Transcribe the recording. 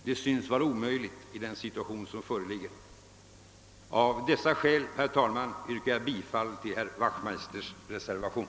Det synes emellertid vara omöjligt i den situation som föreligger. Av dessa skäl, herr talman, yrkar jag bifall till herr Wachtmeisters reservation.